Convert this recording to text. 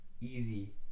easy